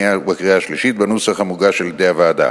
שנייה ובקריאה שלישית בנוסח המוגש על-ידי הוועדה.